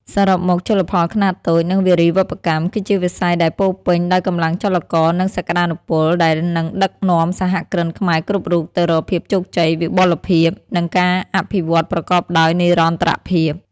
សរុបមក ជលផលខ្នាតតូច និងវារីវប្បកម្ម គឺជាវិស័យដែលពោពេញដោយកម្លាំងចលករ និងសក្ដានុពល ដែលនឹងដឹកនាំសហគ្រិនខ្មែរគ្រប់រូបទៅរកភាពជោគជ័យ វិបុលភាព និងការអភិវឌ្ឍប្រកបដោយនិរន្តរភាព។